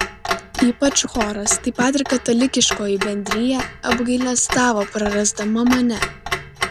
ypač choras taip pat ir katalikiškoji bendrija apgailestavo prarasdama mane